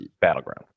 Battleground